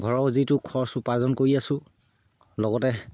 ঘৰৰ যিটো খৰচ উপাৰ্জন কৰি আছোঁ লগতে